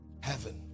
heaven